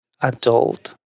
adult